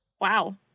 Wow